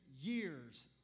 years